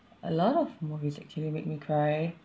a lot of movies actually make me cry